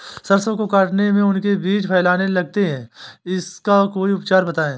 सरसो को काटने में उनके बीज फैलने लगते हैं इसका कोई उपचार बताएं?